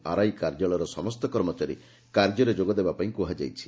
RI କାର୍ଯ୍ୟାଳୟର ସମସ୍ତ କର୍ମଚାରୀ କାର୍ଯ୍ୟରେ ଯୋଗ ଦେବା ପାଇଁ କୁହାଯାଇଛି